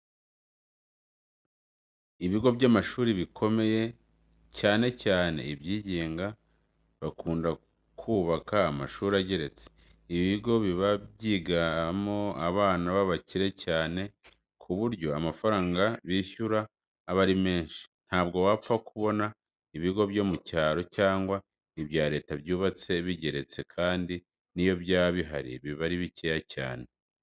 Ibigo by'amashuri bikomeye, cyane cyane ibyigenga bakunda kubaka amashuri ageretse. Ibi bigo biba byigamo abana b'abakire cyane ku buryo amafaranga bishyura aba ari menshi. Ntabwo wapfa kubona ibigo byo mu cyaro cyangwa ibya leta byubatse bigeretse kandi n'iyo byaba bihari biba ari bike cyane.